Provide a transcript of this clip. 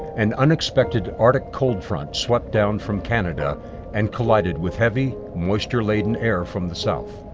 an unexpected arctic cold front swept down from canada and collided with heavy, moisture-laden air from the south.